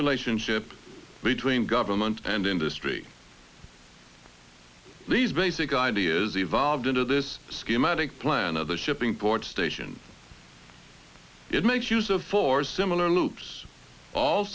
relationship between government and industry these basic ideas evolved into this schematic plan of the shipping port station it makes use of for similar loops all